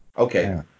Okay